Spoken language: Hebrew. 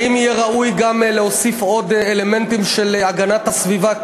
האם יהיה ראוי גם להוסיף עוד אלמנטים של הגנת הסביבה?